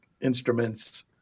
instruments